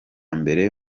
mbere